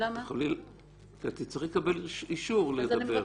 כי את תצטרכי לקבל אישור לדבר.